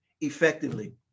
effectively